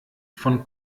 von